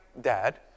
dad